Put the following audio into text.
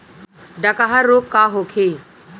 डकहा रोग का होखे?